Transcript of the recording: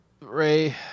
Ray